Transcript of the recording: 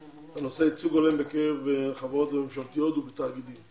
הנושא: ייצוג הולם בקרב החברות הממשלתיות ובתאגידים